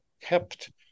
kept